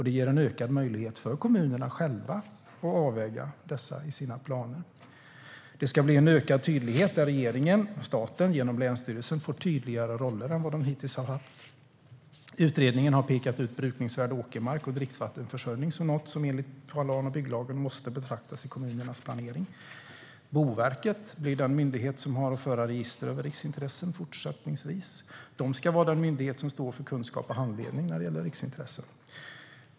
Det ger en ökad möjlighet för kommunerna själva att avväga dessa i sina planer. Det ska bli en ökad tydlighet på så sätt att regeringen och staten genom länsstyrelsen får tydligare roller än vad de hittills har haft. Utredningen pekar ut brukningsvärd åkermark och dricksvattenförsörjning som något som enligt plan och bygglagen måste beaktas i kommunernas planering. Boverket blir den myndighet som fortsättningsvis har att föra register över riksintressen. Det ska vara den myndighet som står för kunskap och handledning när det gäller riksintressen.